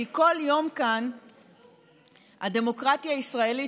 כי כל יום כאן הדמוקרטיה הישראלית,